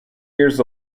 years